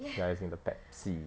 ya is in the Pepsi